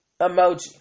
emoji